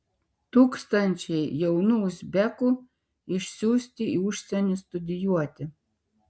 tūkstančiai jaunų uzbekų išsiųsti į užsienį studijuoti